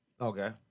Okay